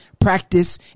practice